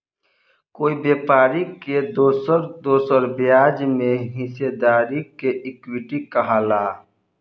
कोई व्यापारी के दोसर दोसर ब्याज में हिस्सेदारी के इक्विटी कहाला